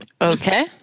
Okay